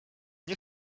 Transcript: nie